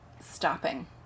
stopping